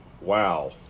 wow